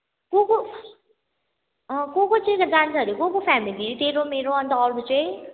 को को अँ को को चाहिँ जान्छ अरे को को फ्यामिली तेरो मेरो अनि त अरू चाहिँ